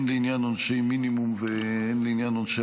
הן לעניין עונשי מינימום והן לעניין עונשי